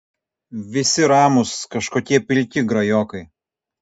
visi ramūs kažkokie pilki grajokai